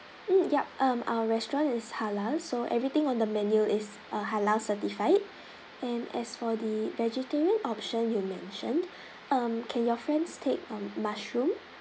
mm yup um our restaurant is halal so everything on the menu is err halal certified and as for the vegetarian option you mentioned um can your friends take err mushroom